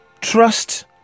Trust